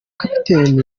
captain